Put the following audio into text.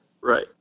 Right